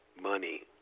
money